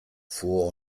vor